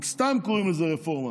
הם סתם קוראים לזה רפורמה.